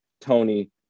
Tony